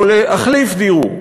או להחליף דיור,